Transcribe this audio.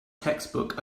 textbook